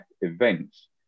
events